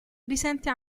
risente